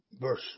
Verse